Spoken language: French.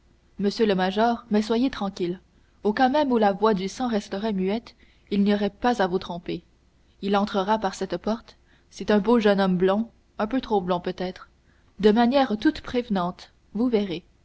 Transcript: monsieur le major mais soyez tranquille au cas même où la voix du sang resterait muette il n'y aurait pas à vous tromper il entrera par cette porte c'est un beau jeune homme blond un peu trop blond peut-être de manières toutes prévenantes vous verrez